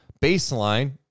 Baseline